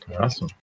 Awesome